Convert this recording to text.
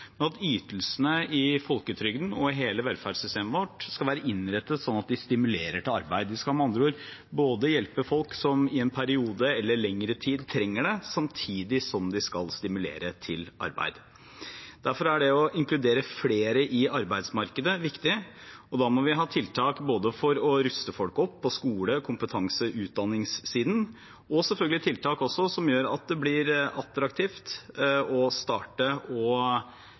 at ytelsene i folketrygden og hele velferdssystemet vårt skal være innrettet slik at de stimulerer til arbeid. De skal med andre ord både hjelpe folk som trenger det i en periode eller lengre tid, og samtidig stimulere til arbeid. Derfor er det viktig å inkludere flere i arbeidsmarkedet. Da må vi ha tiltak både for å ruste folk opp på skole-, kompetanse- og utdanningssiden, vi må selvfølgelig ha tiltak som gjør at det blir attraktivt å starte og